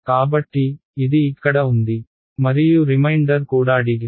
కాబట్టి ఇది ఇక్కడ ఉంది మరియు రిమైండర్ కూడా డిగ్రీ